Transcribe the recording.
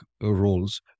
roles